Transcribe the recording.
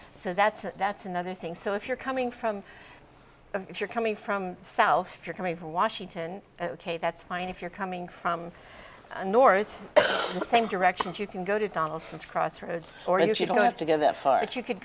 so that's that's another thing so if you're coming from if you're coming from south if you're coming from washington ok that's fine if you're coming from north the same direction you can go to donaldson's crossroads or if you don't have to go that far if you could